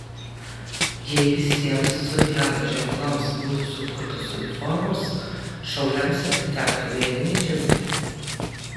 jei visiems zodiako ženklams būtų sukurtos uniformos šauliams atitektų mėlyni džinsai